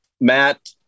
matt